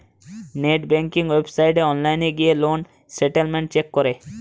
net banking ওয়েবসাইটে online গিলে loan statement check করলে